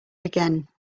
again